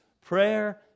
prayer